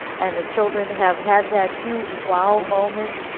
and the children have had that huge wow moment,